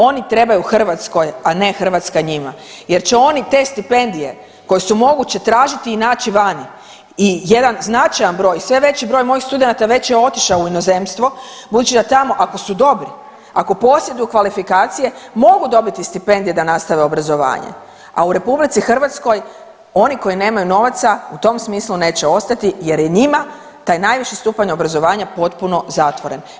Oni trebaju Hrvatskoj, a ne Hrvatska njima jer će oni te stipendije koje su moguće tražiti i naći vani jedan značajan broj, sve veći broj mojih studenata već je otišao u inozemstvo budući da tamo, ako su dobri, ako posjeduju kvalifikacije, mogu dobiti stipendije da nastave obrazovanje, a u RH oni koji nemaju novaca u tom smislu neće ostati jer je njima taj najviši stupanj obrazovanja potpuno zatvoren.